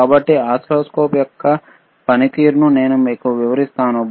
కాబట్టి ఓసిల్లోస్కోప్ యొక్క పనితీరును నేను మీకు వివరిస్తాను